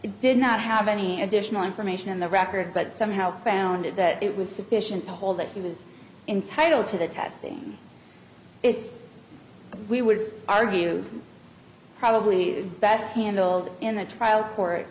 did not have any additional information in the record but somehow found it that it was sufficient to hold that he was entitle to the testing it's we would argue probably best handled in the trial